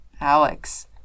Alex